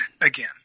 again